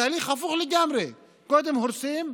התהליך הפוך לגמרי: קודם הורסים,